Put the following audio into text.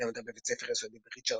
היא למדה בבית ספר יסודי בריצ'רדסון,